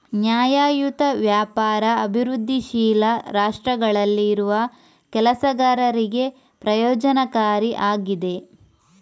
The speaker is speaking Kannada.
ನ್ಯಾಯಯುತ ವ್ಯಾಪಾರ ಅಭಿವೃದ್ಧಿಶೀಲ ರಾಷ್ಟ್ರಗಳಲ್ಲಿ ಇರುವ ಕೆಲಸಗಾರರಿಗೆ ಪ್ರಯೋಜನಕಾರಿ ಆಗಿದೆ